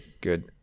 good